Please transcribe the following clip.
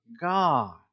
God